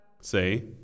Say